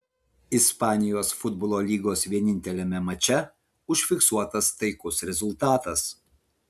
ispanijos futbolo lygos vieninteliame mače užfiksuotas taikus rezultatas